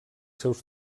seus